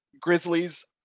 Grizzlies